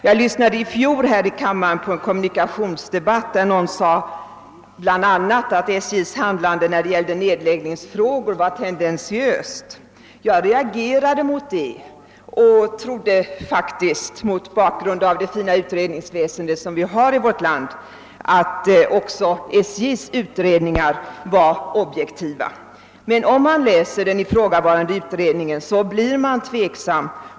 Jag lyssnade i fjol här i kammaren på en kommunikationsdebatt, i vilken någon sade bl.a. att SJ:s handlande i nedläggningsfrågor var tendentiöst. Jag reagerade mot det och trodde faktiskt, med tanke på det fina utredningsväsen som vi har i vårt land, att också SJ:s utredningar var objektiva. Men den som läser den här ifrågavarande utredningen blir tveksam.